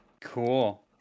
Cool